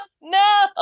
no